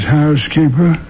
housekeeper